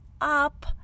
up